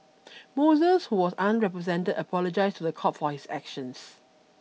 Moses who was unrepresented apologized to the court for his actions